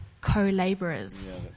co-laborers